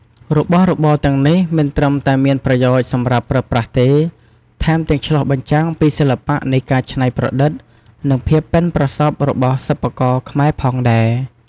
របស់របរទាំងនេះមិនត្រឹមតែមានប្រយោជន៍សម្រាប់ប្រើប្រាស់ទេ ថែមទាំងឆ្លុះបញ្ចាំងពីសិល្បៈនៃការច្នៃប្រឌិត និងភាពប៉ិនប្រសប់របស់សិប្បករខ្មែរផងដែរ។